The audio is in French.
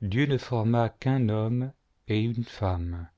dieu ne forma qu'nn homme et une femme